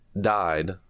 died